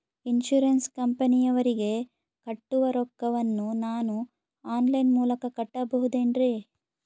Insurance ಕಂಪನಿಯವರಿಗೆ ಕಟ್ಟುವ ರೊಕ್ಕ ವನ್ನು ನಾನು ಆನ್ ಲೈನ್ ಮೂಲಕ ಕಟ್ಟಬಹುದೇನ್ರಿ?